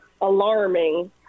alarming